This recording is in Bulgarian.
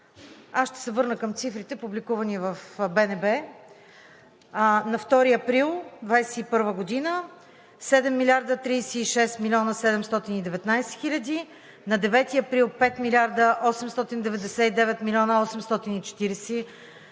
ще се върна към цифрите, публикувани в БНБ. На 2 април 2021 г. – 7 милиарда 36 милиона 719 хиляди; на 9 април – 5 милиарда 899 милиона 840 хиляди;